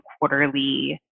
quarterly